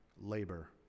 labor